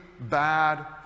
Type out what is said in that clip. bad